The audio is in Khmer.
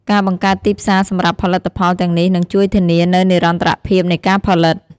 ការបង្កើតទីផ្សារសម្រាប់ផលិតផលទាំងនេះនឹងជួយធានានូវនិរន្តរភាពនៃការផលិត។